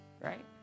right